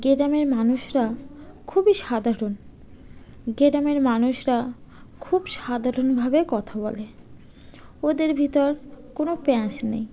গ্রামের মানুষরা খুবই সাধারণ গ্রামের মানুষরা খুব সাধারণভাবে কথা বলে ওদের ভিতর কোনো প্যাঁচ নেই